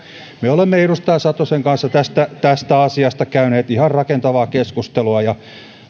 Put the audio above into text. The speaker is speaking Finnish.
me olemme edustaja satosen kanssa tästä tästä asiasta käyneet ihan rakentavaa keskustelua